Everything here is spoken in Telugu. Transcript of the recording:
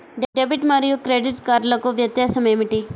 డెబిట్ మరియు క్రెడిట్ కార్డ్లకు వ్యత్యాసమేమిటీ?